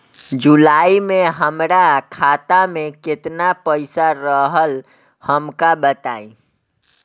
जुलाई में हमरा खाता में केतना पईसा रहल हमका बताई?